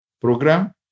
Program